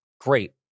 great